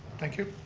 thank you.